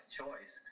choice